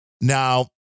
Now